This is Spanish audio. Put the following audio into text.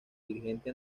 dirigente